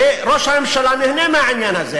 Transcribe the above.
וראש הממשלה נהנה מהעניין הזה.